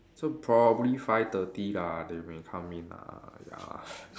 so probably five thirty lah they may come in ah ya